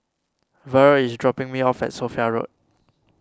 Verle is dropping me off at Sophia Road